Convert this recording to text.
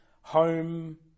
home